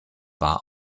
war